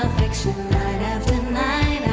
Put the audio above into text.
night after night